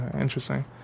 Interesting